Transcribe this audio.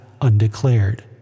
undeclared